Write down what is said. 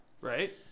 Right